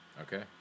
Okay